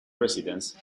presidency